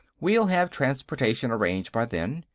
we'll have transportation arranged by then.